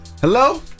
Hello